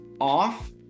off